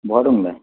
बहा दं नोंलाय